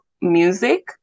music